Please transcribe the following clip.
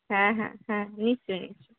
হ্যাঁ হ্যাঁ হ্যাঁ নিশ্চয়ই নিশ্চয়ই